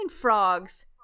Frogs